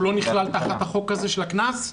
לא נכלל תחת החוק הזה בעניין הקנס?